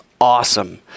awesome